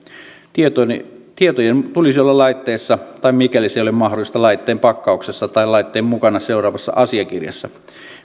tietojen tietojen tulisi olla laitteessa tai mikäli se ei ole mahdollista laitteen pakkauksessa tai laitteen mukana seuraavassa asiakirjassa